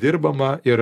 dirbama ir